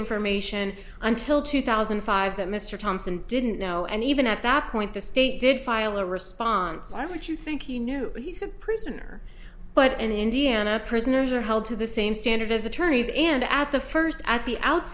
information until two thousand and five that mr thompson didn't know and even at that point the state did file a response why would you think he knew he's a prisoner but in indiana prisoners are held to the same standard as attorneys and at the first